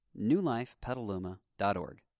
newlifepetaluma.org